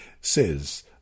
says